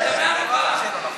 השתמע מדבריו.